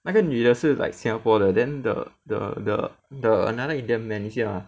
那个女的是 like Singapore 的 then the the the the another indian man is here lah